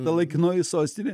laikinoji sostinė